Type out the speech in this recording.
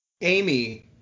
Amy